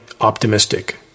optimistic